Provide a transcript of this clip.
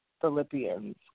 Philippians